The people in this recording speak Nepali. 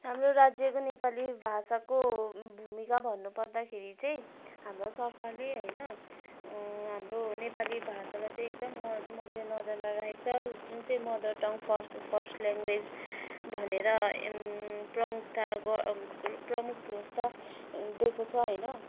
हाम्रो राज्यको नेपाली भाषाको भूमिका भन्नुपर्दाखेरि चाहिँ हाम्रो सरकारले होइन हाम्रो नेपाली भाषालाई चाहिँ एकदम मध्य मध्य नजरमा राखेको छ जुन चाहिँ मदर टङ फर्स्ट ल्याङ्ग्वेज भनेर प्रमुखता गरेको प्रमुखता दिएको छ होइन